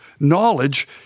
Knowledge